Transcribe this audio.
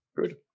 good